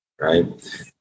right